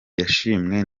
yashimwe